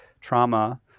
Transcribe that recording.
trauma